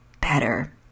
better